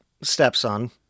stepson